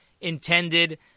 intended